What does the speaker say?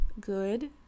good